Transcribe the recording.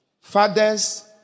Fathers